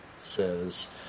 says